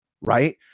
Right